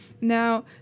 Now